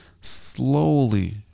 Slowly